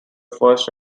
first